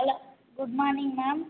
hello good morning ma'am